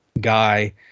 guy